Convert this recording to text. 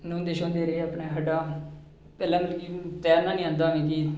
न्होंदे शोंदे रेह् अपने खड्ढां पैह्लां मिगी तैरना नीं आंदा हा मिगी